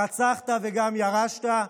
הרצחת וגם ירשת?